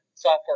software